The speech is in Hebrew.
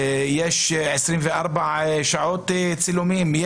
יש 24 שעות צילומים,